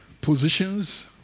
positions